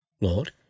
Lord